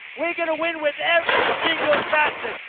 we're gonna win with every single facet.